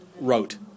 Wrote